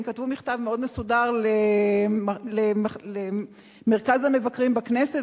הם כתבו מכתב מאוד מסודר למרכז המבקרים בכנסת,